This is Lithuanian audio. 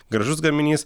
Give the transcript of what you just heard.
gražus gaminys